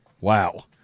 Wow